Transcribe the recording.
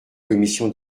commission